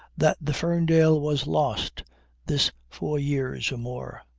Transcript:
that the ferndale was lost this four years or more.